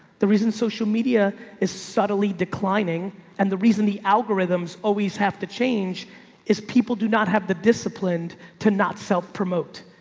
the reason social media is subtly declining and the reason the algorithms always have to change is people do not have the disciplined to not self promote.